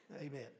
Amen